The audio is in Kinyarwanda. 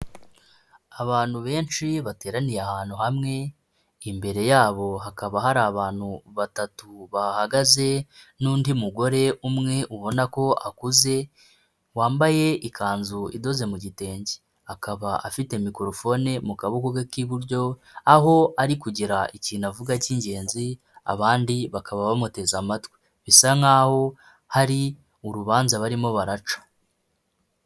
Abantu benshi bateraniye ahantu hamwe imbere yabo hakaba hari abantu batatu bahagaze n'undi mugore umwe ubona ko akuze wambaye ikanzu idoze mu gitenge. Akaba afite mikorofone mu kabokoga ke k'iburyo aho ari kugira ikintu avuga cy'ingenzi abandi bakaba bamuteze amatwi, bisa nkaho hari urubanza barimo baraca.